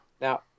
Now